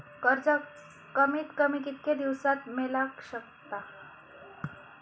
कर्ज कमीत कमी कितक्या दिवसात मेलक शकता?